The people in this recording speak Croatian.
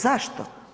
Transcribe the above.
Zašto?